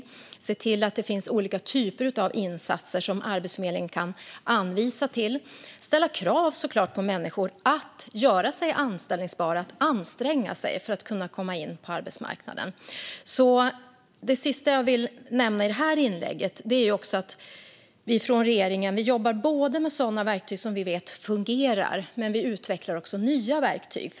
Vi behöver se till att det finns olika typer av insatser som Arbetsförmedlingen kan anvisa till. Vi behöver också såklart ställa krav på människor att göra sig anställbara och anstränga sig för att kunna komma in på arbetsmarknaden. Det sista jag vill nämna i det här inlägget är att vi från regeringen både jobbar med sådana verktyg som vi vet fungerar och utvecklar nya verktyg.